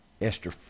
Esther